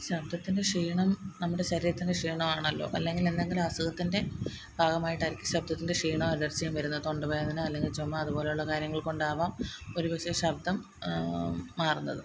ശബ്ദത്തിൻ്റെ ക്ഷീണം നമ്മുടെ ശരീരത്തിൻ്റെ ക്ഷീണമാണല്ലോ അല്ലങ്കിൽ എന്തെങ്കിലും അസുഖത്തിൻ്റെ ഭാഗമായിട്ടായിരിക്കും ശബ്ദത്തിൻ്റെ ക്ഷീണവും അലർച്ചയും വരുന്നത് തൊണ്ട വേദന അല്ലങ്കിൽ ചുമ അതുപോലെയുള്ള കാര്യങ്ങൾ കൊണ്ടാവാം ഒരു പക്ഷേ ശബ്ദം മാറുന്നത്